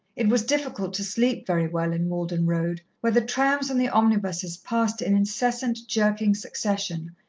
it was difficult to sleep very well in malden road, where the trams and the omnibuses passed in incessant, jerking succession,